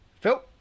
Phil